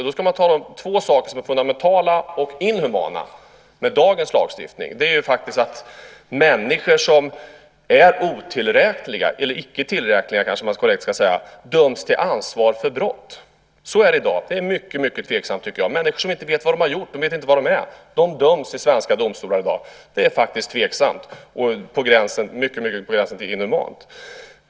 Då ska man tala om två saker som är fundamentala och inhumana med dagens lagstiftning. Det är att människor som är otillräkneliga, eller icke tillräkneliga kanske man korrekt ska säga, döms till ansvar för brott. Så är det i dag. Det är mycket tveksamt tycker jag. Det är människor som inte vet vad de har gjort. De vet inte var de är. De döms i svenska domstolar i dag. Det är faktiskt tveksamt och mycket på gränsen till inhumant.